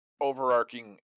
overarching